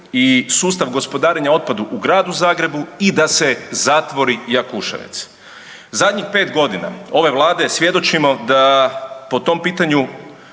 i sustav gospodarenja otpada u Gradu Zagrebu i da se zatvori Jakuševec. Zadnjih 5.g. ove vlade svjedočimo da po tom pitanju,